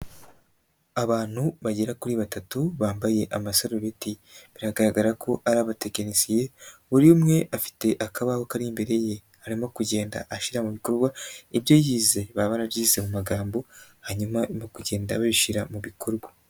Abantu bagera kuri batatu bambaye amasarubeti biragaragara ko ari abatekinisiye muri umwe afite akabaho kari imbere ye, arimo kugenda ashyira mu bikorwa ibyo yize, baba barabyize mu magambo hanyuma barimo kugenda babishyira mu bikorwa.